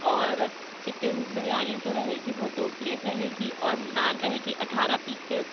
اور چکن بریانی جو رہے گی وہ دو پلیٹ رہے گی اور نان رہے گی اٹھارہ پیسیز